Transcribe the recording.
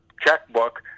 checkbook